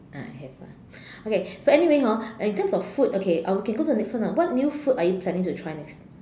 I I have ah okay so anyway hor when it comes to food okay uh we can go to next one ah what new food are you planning to try next